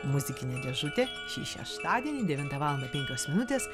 muzikinė dėžutė šį šeštadienį devintą valandą penkios minutės